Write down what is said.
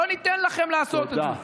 לא ניתן לכם לעשות את זה.